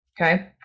okay